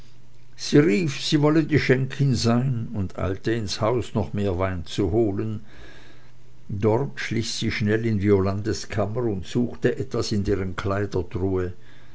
sie wolle die schenkin sein und eilte ins haus noch mehr wein zu holen dort schlich sie schnell in violandes kammer und suchte etwas in deren kleidertruhe